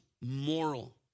moral